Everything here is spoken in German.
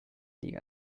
liga